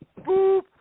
boop